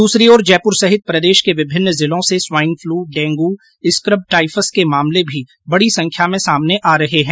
दूसरी ओर जयपुर सहित प्रदेश के विभिन्न जिलों से स्वाइनफ्लू डेंगू स्कबटाइफस के मामले भी बड़ी संख्या में सामने आ रहे हैं